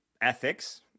ethics